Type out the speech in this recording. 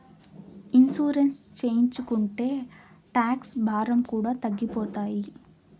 insurance చేయించుకుంటే tax భారం కూడా తగ్గిపోతాయి